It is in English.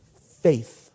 Faith